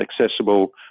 accessible